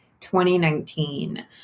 2019